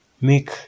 make